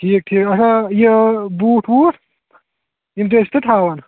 ٹھیٖک ٹھیٖک اچھا یہِ بوٗٹھ ووٗٹھ یِم تہِ ٲسِو تُہۍ تھاوان